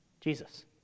jesus